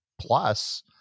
plus